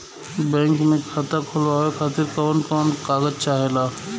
Bank मे खाता खोलवावे खातिर कवन कवन कागज चाहेला?